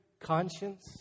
conscience